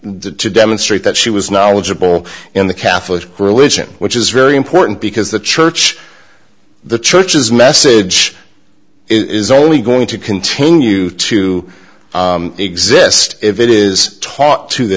the to demonstrate that she was knowledgeable in the catholic religion which is very important because the church the church is message is only going to continue to exist if it is taught to the